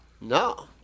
no